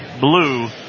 blue